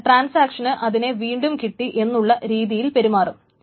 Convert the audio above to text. എന്നിട്ട് ട്രാൻസാക്ഷന് അതിനെ വീണ്ടും കിട്ടി എന്നുള്ള രീതിയിൽ പെരുമാറും